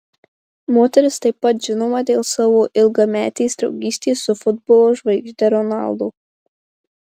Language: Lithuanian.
moteris taip pat žinoma dėl savo ilgametės draugystės su futbolo žvaigžde ronaldo